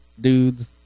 dudes